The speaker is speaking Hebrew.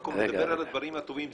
מקום לדבר על הדברים הטובים.